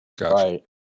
Right